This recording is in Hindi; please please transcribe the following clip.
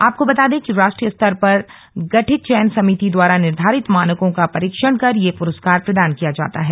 आपको बता दें कि राष्ट्रीय स्तर पर गठित चयन समिति द्वारा निर्धारित मानकों का परीक्षण कर यह प्रस्कार प्रदान किया जाता है